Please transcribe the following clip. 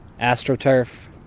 AstroTurf